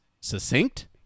succinct